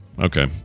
Okay